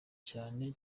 cyane